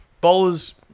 bowlers